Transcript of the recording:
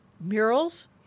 murals